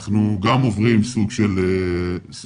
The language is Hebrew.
אנחנו גם עוברים סוג של התעללות.